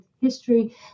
history